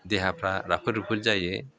देहाफ्रा राफोद रुफोद जायो